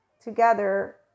together